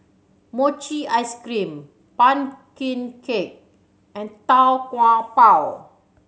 mochi ice cream pumpkin cake and Tau Kwa Pau